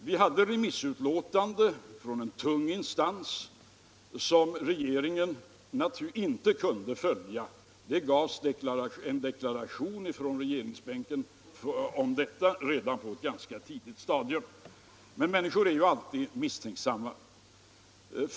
Vi hade ett remissutlåtande från en tung instans, som regeringen inte kunde följa. Det gjordes från regeringsbänken en deklaration om det på ett ganska tidigt stadium, men människor är alltid misstänksamma.